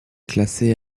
classée